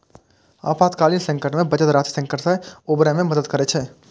आपातकालीन संकट मे बचत राशि संकट सं उबरै मे मदति करै छै